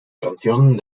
canción